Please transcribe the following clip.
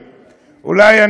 אולי,